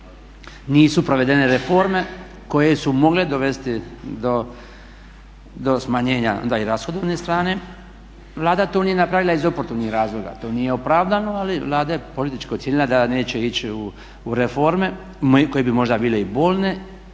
nisu provedene reforme koje su mogle dovesti do smanjenja rashodovne strane. Vlada nije to napravila iz oportunih razloga, to nije opravdano ali Vlada je politički ocijenila da neće ići u reforme koje bi možda bile i bolne